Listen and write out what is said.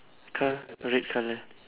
car red colour